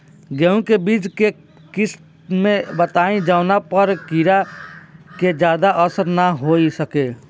गेहूं के बीज के किस्म बताई जवना पर कीड़ा के ज्यादा असर न हो सके?